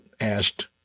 asked